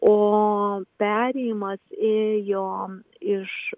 o perėjimas ėjo iš